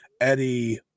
Eddie